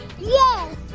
Yes